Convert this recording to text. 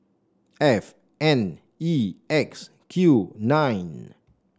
F N E X Q nine